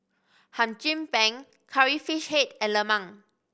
Hum Chim Peng Curry Fish Head and lemang